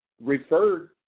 referred